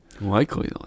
Likely